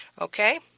Okay